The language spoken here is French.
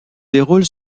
déroule